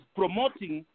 promoting